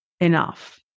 enough